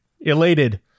Elated